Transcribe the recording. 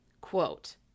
Quote